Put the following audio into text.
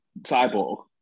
Cyborg